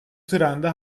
trendi